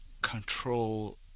control